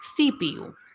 cpu